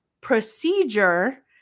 procedure